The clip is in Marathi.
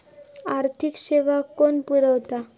आर्थिक सेवा कोण पुरयता?